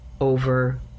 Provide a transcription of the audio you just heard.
over